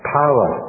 power